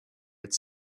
its